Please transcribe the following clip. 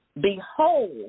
behold